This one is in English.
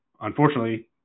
unfortunately